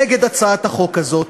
נגד הצעת החוק הזאת.